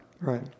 Right